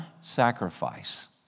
sacrifice